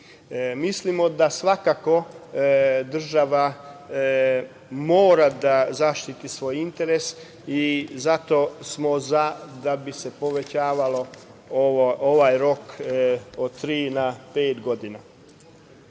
Mislimo da svakako država mora da zaštiti svoj interes i zato smo za, da bi se povećavao ovaj rok od tri na